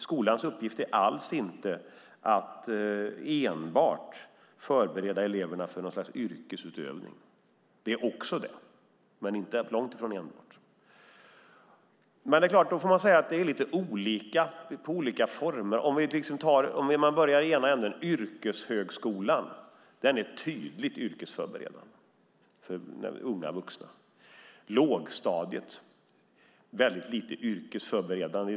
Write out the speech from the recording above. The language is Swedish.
Skolans uppgift är långt ifrån enbart att förbereda eleverna för yrkesutövning. Det är dock olika i olika former. Yrkeshögskolan är tydligt yrkesförberedande för unga vuxna. Lågstadiet är väldigt lite yrkesförberedande.